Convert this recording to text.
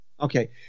Okay